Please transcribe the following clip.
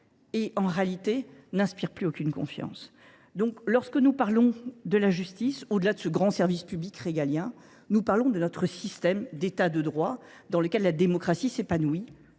en réalité, elle n’inspire plus aucune confiance aux citoyens. Lorsque nous parlons de la justice, au delà de ce grand service public régalien, c’est donc de notre système d’État de droit, dans lequel la démocratie peut